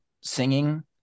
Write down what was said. singing